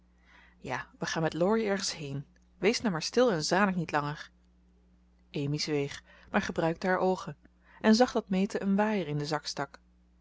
ja we gaan met laurie ergens heen wees nou maar stil en zanik niet langer amy zweeg maar gebruikte haar oogen en zag dat meta een waaier in den zak stak